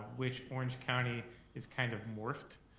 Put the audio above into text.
which orange county is kind of morphed.